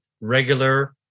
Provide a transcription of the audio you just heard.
regular